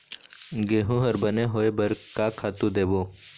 गेहूं हर बने होय बर का खातू देबो?